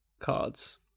cards